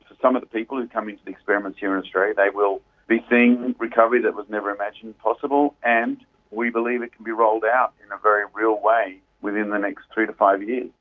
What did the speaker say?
some of the people who come into the experiments here in australia, they will be seeing recovery that was never imagined possible, and we believe it can be rolled out in a very real way within the next three to five years.